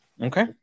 Okay